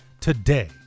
today